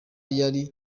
yari